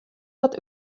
wat